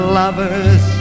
lovers